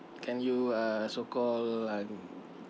can you uh so called um